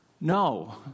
No